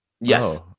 Yes